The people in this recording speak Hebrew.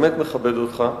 באמת מכבד אותך,